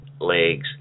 legs